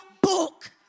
book